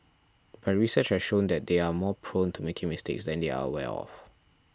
but research has shown that they are more prone to making mistakes than they are aware of